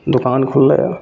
दोकान खुललै यऽ